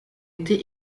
été